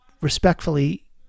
respectfully